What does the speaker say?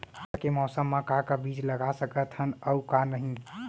ठंडा के मौसम मा का का बीज लगा सकत हन अऊ का नही?